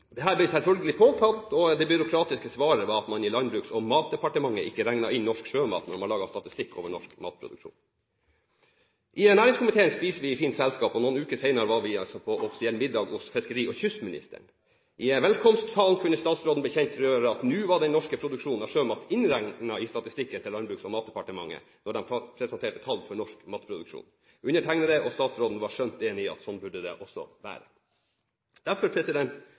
matproduksjon. Her var verdien av norsk sjømatproduksjon utelatt. Dette ble selvfølgelig påtalt, og det byråkratiske svaret var at man i Landbruks- og matdepartementet ikke regnet inn norsk sjømat når man laget statistikk over norsk matproduksjon. I næringskomiteen spiser vi i fint selskap, og noen uker senere var vi på offisiell middag hos fiskeri- og kystministeren. I velkomsttalen kunne statsråden bekjentgjøre at nå var den norske produksjonen av sjømat innregnet i statistikken til Landbruks- og matdepartementet når de presenterte tall for norsk matproduksjon. Undertegnede og statsråden var skjønt enige om at sånn burde det også være. Derfor